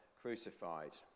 crucified